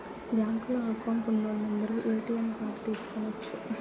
బ్యాంకులో అకౌంట్ ఉన్నోలందరు ATM card తీసుకొనచ్చు